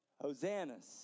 hosannas